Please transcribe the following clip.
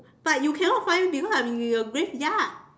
but you cannot find me because I'm in the graveyard